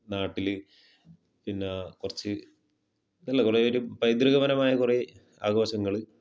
നാട്ടിൽ പിന്നെ കുറച്ച് അല്ല കുറെ ഒരു പൈതൃകപരമായ കുറെ ആഘോഷങ്ങൾ